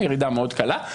ירידה מאוד קלה.